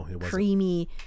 creamy